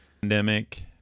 pandemic